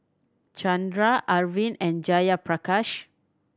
Chandra Arvind and Jayaprakash